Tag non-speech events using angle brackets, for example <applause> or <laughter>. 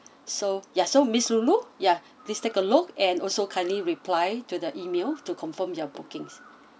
so ya so miss loulou ya <breath> please take a look and also kindly reply to the email to confirm your bookings